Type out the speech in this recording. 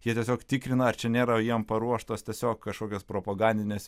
jie tiesiog tikrina ar čia nėra jiem paruoštos tiesiog kažkokios propagandinės